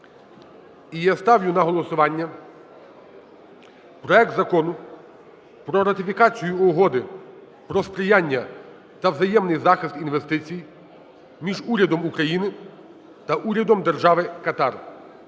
І я ставлю на голосування проект Закону про ратифікацію Угоди про сприяння та взаємний захист інвестицій між Урядом України та Урядом Держави Катар